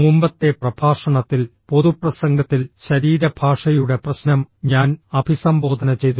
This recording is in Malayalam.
മുമ്പത്തെ പ്രഭാഷണത്തിൽ പൊതുപ്രസംഗത്തിൽ ശരീരഭാഷയുടെ പ്രശ്നം ഞാൻ അഭിസംബോധന ചെയ്തു